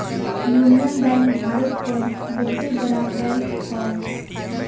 union bank Bharat क बहुते बड़ा बैंक हौ